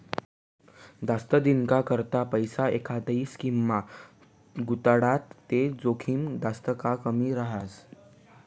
जास्त दिनना करता पैसा एखांदी स्कीममा गुताडात ते जोखीम जास्त का कमी रहास